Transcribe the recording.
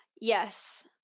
Yes